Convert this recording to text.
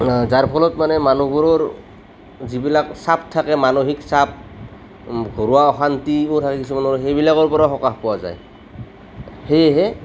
যাৰ ফলত মানে মানুহবোৰৰ যিবিলাক চাপ থাকে মানসিক চাপ ঘৰুৱা অশান্তিও থাকে কিছুমানৰ সেইবিলাকৰ পৰাও সকাহ পোৱা যায় সেয়েহে